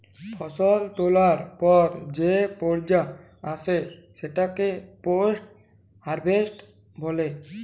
ফসল তোলার পর যে পর্যা আসে সেটাকে পোস্ট হারভেস্ট বলে